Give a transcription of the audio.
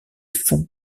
fonds